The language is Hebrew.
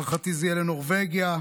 להערכתי זה יהיה לנורבגיה.